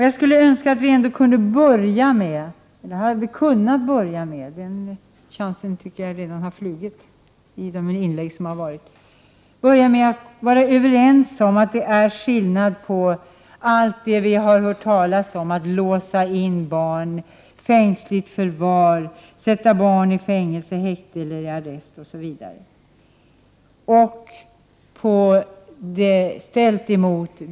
Jag önskar att vi hade kunnat börja med — den chansen tycker jag redan har flugit sin väg i de inlägg som har gjorts — att vara överens om att skilja på allt det vi har hört talas om och vad det nu gäller. Det har sagts att man skulle låsa in barn, ta barn i fängsligt förvar, sätta barn i fängelse, häkte eller arrest, osv.